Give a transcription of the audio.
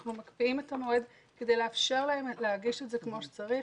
אנחנו מקפיאים את המועד כדי לאפשר להם להגיש את זה כמו שצריך.